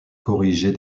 corrigée